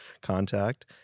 contact